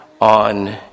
on